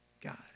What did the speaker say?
God